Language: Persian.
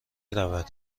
رود